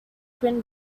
twin